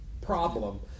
problem